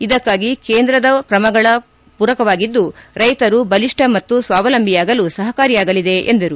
ಇದಕ್ಕಾಗಿ ಕೇಂದ್ರದ ಕ್ರಮಗಳ ಪೂರಕವಾಗಿದ್ದು ರೈತರು ಬಲಿಷ್ಠ ಮತ್ತು ಸ್ಥಾವಲಂಬಿಯಾಗಲು ಸಹಕಾರಿಯಾಗಲಿದೆ ಎಂದರು